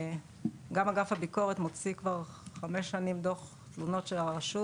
גם אגף הביקורת כבר מוציא חמש שנים דוח תלונות של הרשות.